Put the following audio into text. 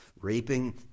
Raping